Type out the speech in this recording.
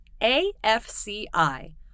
AFCI